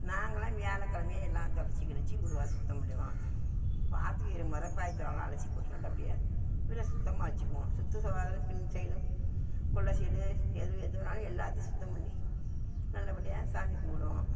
நாங்கள்லாம் வியாழக்கெழமையே எல்லாம் தொடைச்சி கிடச்சி வீடு வாசல் சுத்தம் பண்ணிடுவோம் வாரத்துக்கு இருமுறை பாய் தலகாணிலாம் அலசி போட்டு நல்லபடியாக வீட்ட சுத்தமாக வெச்சுக்குவோம் சுற்று சுவரு பின் சைடும் கொல்லை சைடு எது எது வேணுனாலும் எல்லாத்தையும் சுத்தம் பண்ணி நல்லபடியாக சாமி கும்பிடுவோம்